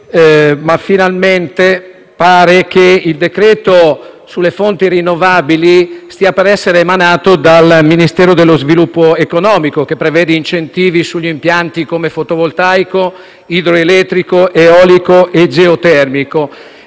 ma finalmente pare che il decreto sulle fonti rinnovabili stia per essere emanato dal Ministero dello sviluppo economico. Esso prevede incentivi sugli impianti come il fotovoltaico, l'idroelettrico, l'eolico e il geotermico.